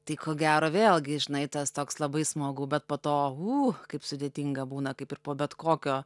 tai ko gero vėlgi žinai tas toks labai smagu bet po to ū kaip sudėtinga būna kaip ir po bet kokio